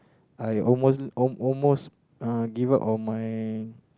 I almost all almost uh give up on my